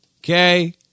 Okay